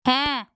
হ্যাঁ